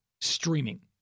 streaming